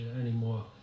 anymore